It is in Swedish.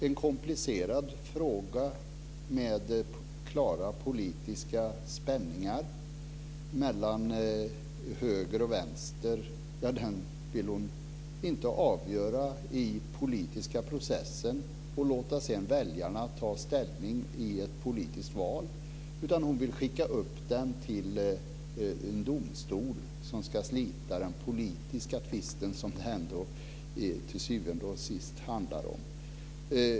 En komplicerad fråga med klara politiska spänningar mellan höger och vänster vill hon inte avgöra i den politiska processen och sedan låta väljarna ta ställning i ett politiskt val. I stället vill hon skicka upp den till en domstol som ska slita den politiska tvist som det ändå till syvende och sist handlar om.